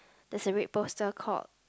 there's a red poster called